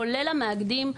כולל המאגדים,